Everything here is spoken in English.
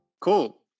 Cool